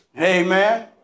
Amen